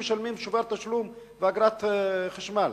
משלמים שובר תשלום ואגרת חשמל,